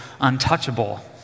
untouchable